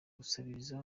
gusabiriza